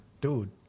Dude